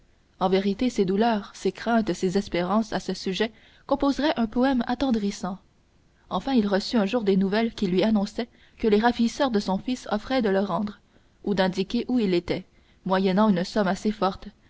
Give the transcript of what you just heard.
en vérité ses douleurs ses craintes ses espérances à ce sujet composeraient un poème attendrissant enfin il reçut un jour des nouvelles qui lui annonçaient que les ravisseurs de son fils offraient de le rendre ou d'indiquer où il était moyennant une somme assez forte